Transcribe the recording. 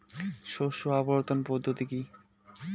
শস্য আবর্তন পদ্ধতি কি?